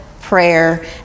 prayer